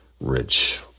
rich